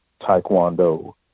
Taekwondo